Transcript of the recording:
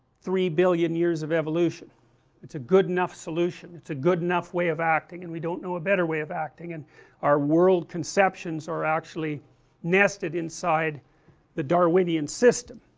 three billion years of evolution it's a good enough solution it's a good enough way of acting, and we don't know a better way of acting, and our world conceptions are actually nested inside the darwinian system